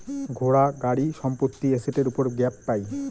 ঘোড়া, গাড়ি, সম্পত্তি এসেটের উপর গ্যাপ পাই